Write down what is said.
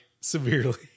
severely